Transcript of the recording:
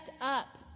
up